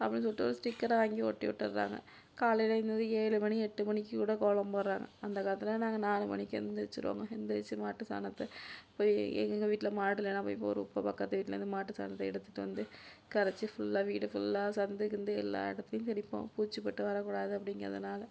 அப்படினு சொல்லிட்டு ஸ்டிக்கரை வாங்கி ஒட்டிவிட்றாங்க காலையில் எழுந்தது ஏழு மணி எட்டு மணிக்குக்கூட கோலம் போடுறாங்க அந்த காலத்தில்லாம் நாங்கள் நாலு மணிக்கு எழுந்திரிச்சிடுவோங்க எழுந்துரிச்சி மாட்டு சாணத்தை போய் எங்கள் வீட்டில் மாடு இல்லைனா போய் பக்கத்து வீட்டில் இருந்து மாட்டு சாணத்தை எடுத்துகிட்டு வந்து கரைச்சி ஃபுல்லா வீடு ஃபுல்லா சந்து கிந்து எல்லா இடத்துலையும் தெளிப்போம் பூச்சிப்பொட்டு வரக்கூடாது அப்டிங்கிறதுனால்